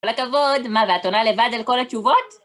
כל הכבוד, מה ואת עונה לבד על כל התשובות?